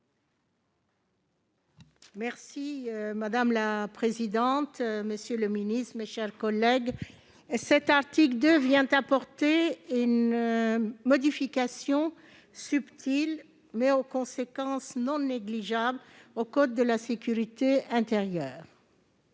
Madame la présidente, monsieur le ministre, mes chers collègues, l'article 2 apporte une modification subtile, mais aux conséquences non négligeables au code de la sécurité intérieure.